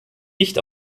nicht